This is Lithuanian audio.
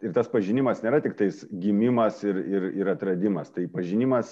ir tas pažinimas nėra tiktais gimimas ir ir ir atradimas tai pažinimas